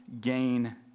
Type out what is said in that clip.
gain